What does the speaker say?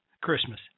Christmas